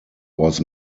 was